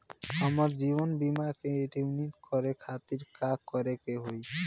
हमार जीवन बीमा के रिन्यू करे खातिर का करे के होई?